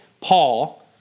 Paul